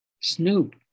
Snoop